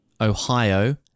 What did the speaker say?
Ohio